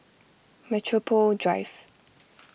Metropole Drive